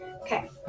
Okay